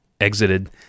exited